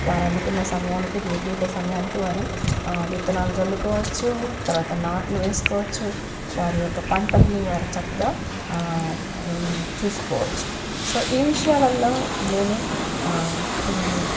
వారు అనుకున్న సమయానికి నిర్ణీత సమయానికి వారు విత్తనాలు చల్లుకోవచ్చు తరువాత నాట్లు వేసుకోవచ్చు వారి యొక్క పంటలను వారు చక్కగా చూసుకోవచ్చు సో ఈ విషయాలలో నేను